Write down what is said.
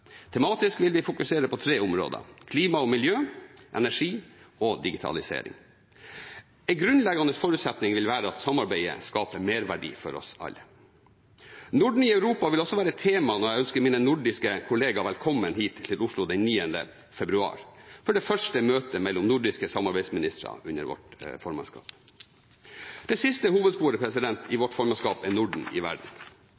Tematisk vil vi fokusere på tre områder: klima og miljø, energi og digitalisering. En grunnleggende forutsetning vil være at samarbeidet skaper merverdi for oss alle. Norden i Europa vil også være tema når jeg ønsker mine nordiske kolleger velkommen hit til Oslo den 9. februar, for det første møtet mellom nordiske samarbeidsministre under vårt formannskap. Det siste hovedsporet i vårt formannskap er Norden i